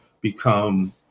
become